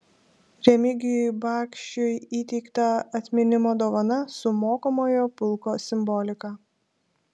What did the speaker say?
remigijui bakšiui įteikta atminimo dovana su mokomojo pulko simbolika